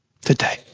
today